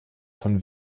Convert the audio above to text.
vom